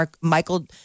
Michael